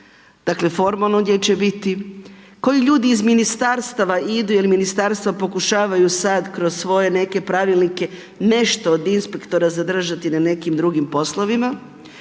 dakle, formalno gdje će biti, koji ljudi iz ministarstava idu, jer ministarstva pokušavaju sada, kroz svoje neke pravilnike, nešto od inspektorat zadržati na nekim drugim poslovima,